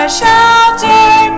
shelter